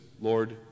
Lord